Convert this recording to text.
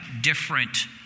different